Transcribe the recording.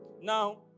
Now